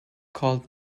called